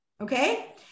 okay